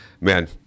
Man